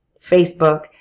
facebook